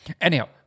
Anyhow